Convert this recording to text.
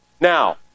Now